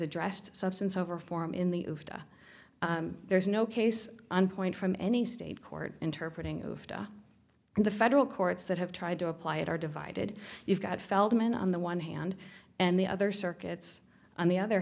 addressed substance over form in the there is no case on point from any state court interpreting of the federal courts that have tried to apply it are divided you've got feldman on the one hand and the other circuits on the other